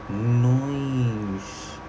mm nice